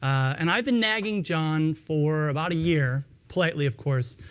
and i've been nagging john for about a year, politely, of course,